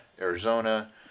Arizona